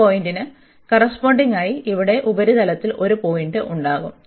ഈ പോയിന്റിനു കറസ്പോണ്ടിങ്ങായി ഇവിടെ ഉപരിതലത്തിൽ ഒരു പോയിന്റ് ഉണ്ടാകും